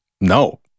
no